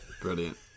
Brilliant